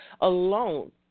alone